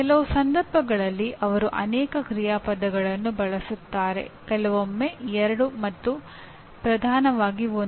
ಕೆಲವು ಸಂದರ್ಭಗಳಲ್ಲಿ ಅವರು ಅನೇಕ ಕ್ರಿಯಾಪದಗಳನ್ನು ಬಳಸುತ್ತಾರೆ ಕೆಲವೊಮ್ಮೆ ಎರಡು ಮತ್ತು ಪ್ರಧಾನವಾಗಿ ಒಂದು